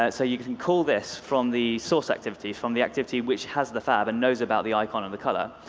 ah so you can call this from the source activity, from the activity which has the fab and knows about the icon and the color.